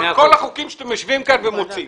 בכל החוקים שאתם יושבים כאן ומחוקקים.